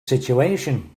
situation